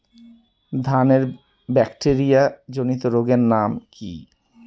ধানের ব্যাকটেরিয়া জনিত রোগের নাম কি?